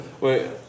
Wait